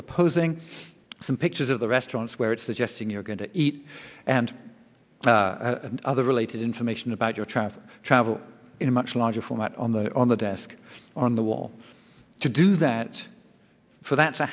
proposing some pictures of the restaurants where it's the dressing you're going to eat and other related information about your travel travel in a much larger format on the on the desk on the wall to do that for that to